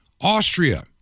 Austria